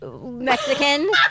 Mexican